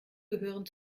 gehören